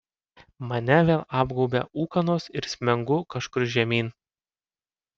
mane vėl apgaubia ūkanos ir smengu kažkur žemyn